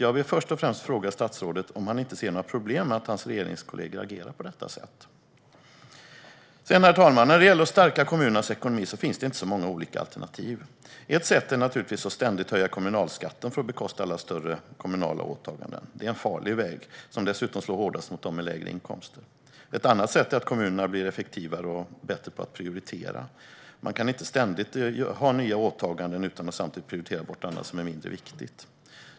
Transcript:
Jag vill först och främst fråga statsrådet om han inte ser några problem med att hans regeringskollegor agerar på detta sätt. Herr talman! När det gäller att stärka kommunernas ekonomi finns det inte så många alternativ. Ett sätt är naturligtvis att ständigt höja kommunalskatten för att bekosta alla större kommunala åtaganden. Det är en farlig väg, som dessutom slår hårdast mot dem med lägre inkomst. Ett annat sätt är att kommunerna blir effektivare och bättre på att prioritera. Man kan inte ständigt ha nya åtaganden utan att samtidigt prioritera bort annat som är mindre viktigt.